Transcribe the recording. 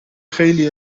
خیلی